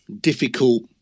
difficult